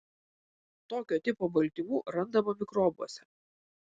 tokio tipo baltymų randama mikrobuose